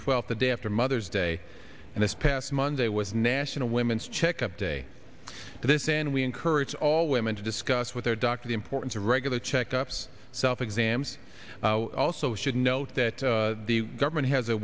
twelfth the day after mother's day and this past monday was national women's check up day for this and we encourage all women to discuss with their doctor the importance of regular checkups self exams also should note that the government has a